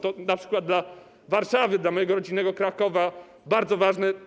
To np. dla Warszawy, dla mojego rodzinnego Krakowa jest bardzo ważne.